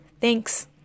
Thanks